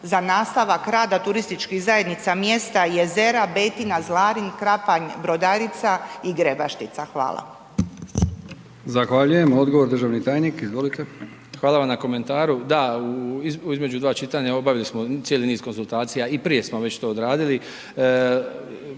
za nastavak rada turističkih zajednica mjesta Jezera, Betina, Zlarin, Krapanj, Brodarica i Grebaštica. Hvala.